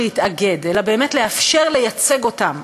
שנתן להרבה מאוד אזרחיות ואזרחים שבהקשר הזה אני אכנה אותם קטנים,